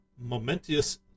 momentous